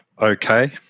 okay